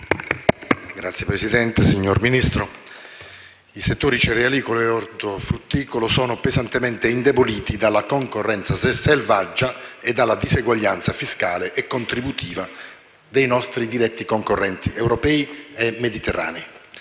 LIUZZI *(CoR)*. Signor Ministro, i settori cerealicolo e ortofrutticolo sono pesantemente indeboliti dalla concorrenza selvaggia e dalla diseguaglianza fiscale e contributiva dei nostri diretti concorrenti europei e mediterranei.